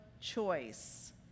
choice